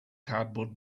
cardboard